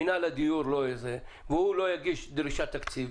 מינהל הדיור לא --- והוא לא יגיש דרישת תקציב,